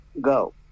go